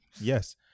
yes